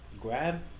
Grab